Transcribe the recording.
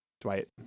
Dwight